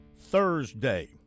Thursday